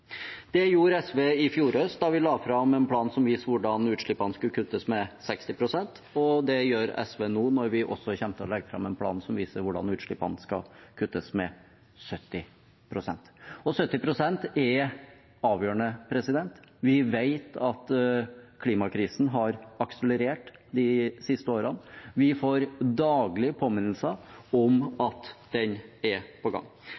Det gjorde SV i fjor høst, da vi la fram en plan som viste hvordan utslippene skulle kuttes med 60 pst., og det gjør SV nå, når vi også kommer til å legge fram en plan som viser hvordan utslippene skal kuttes med 70 pst. 70 pst. er avgjørende. Vi vet at klimakrisen har akselerert de siste årene. Vi får daglig påminnelser om at den er på gang.